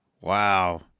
wow